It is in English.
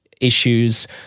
issues